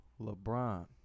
LeBron